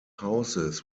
houses